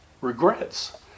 regrets